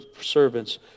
servants